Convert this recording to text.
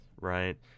Right